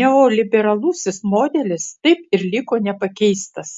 neoliberalusis modelis taip ir liko nepakeistas